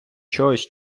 чогось